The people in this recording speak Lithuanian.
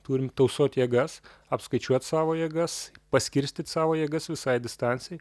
turim tausot jėgas apskaičiuot savo jėgas paskirstyt savo jėgas visai distancijai